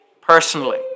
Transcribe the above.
personally